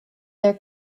their